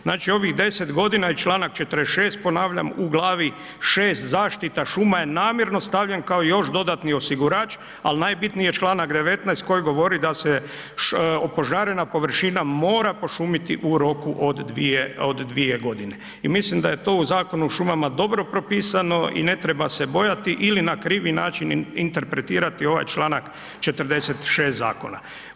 Znači ovih 10 godina i čl. 46., ponavljam, u glavi 6. zaštita šuma je namjerno stavljen kao još dodatni osigurač, ali najbitnije, čl. 19 koji govori da se opožarena površina mora pošumiti u roku od 2 godine i mislim da je to u zakonu o šumama dobro propisano i ne treba se bojati ili na krivi način interpretirati ovaj čl. 46. zakona.